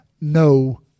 no